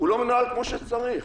לא מנוהל כמו שצריך.